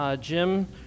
Jim